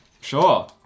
Sure